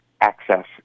access